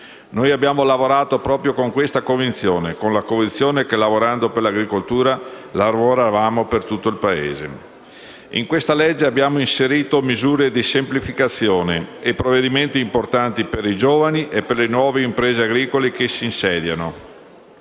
Noi abbiamo lavorato proprio con questa convinzione, cioè che lavorando per l'agricoltura lavoravamo per tutto il Paese. Nel disegno di legge in esame abbiamo inserito misure di semplificazione e provvedimenti importanti per i giovani e le nuove imprese agricole che si insediano.